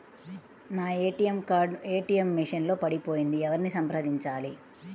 నా ATM card ATM machine లో పడిపోయింది ఎవరిని సంప్రదించాలి?